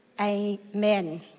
Amen